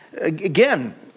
again